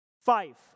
Five